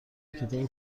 کتاب